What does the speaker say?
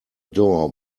door